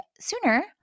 sooner